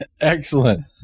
Excellent